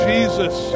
Jesus